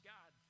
God